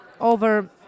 over